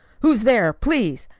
who's there, please?